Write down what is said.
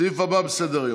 הסעיף הבא בסדר-היום,